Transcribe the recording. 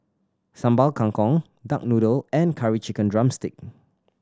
Sambal Kangkong duck noodle and Curry Chicken drumstick